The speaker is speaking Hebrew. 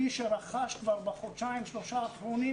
מי שרכש בחודשיים-שלושה האחרונים,